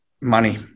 money